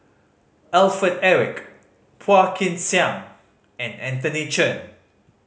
Alfred Eric Phua Kin Siang and Anthony Chen